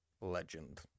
legend